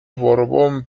borbón